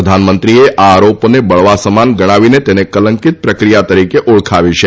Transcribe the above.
પ્રધાનમંત્રીએ આ આરોપોને બળવા સમાન ગણાવીને તેને કલંકીત પ્રક્રિયા તરીકે ઓળખાવી છે